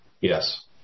Yes